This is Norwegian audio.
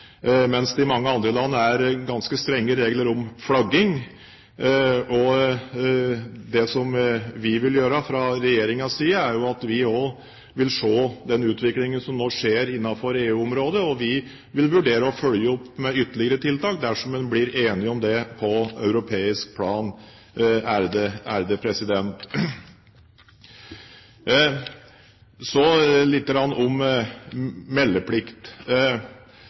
mens det i mange andre land er ganske strenge regler om flagging. Det vi vil gjøre fra regjeringens side, er å se på den utviklingen som nå skjer innenfor EU-området, og vi vil vurdere å følge opp med ytterligere tiltak dersom en blir enige om det på europeisk plan.